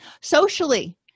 Socially